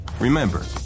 Remember